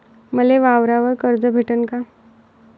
मले वावरावर कर्ज भेटन का?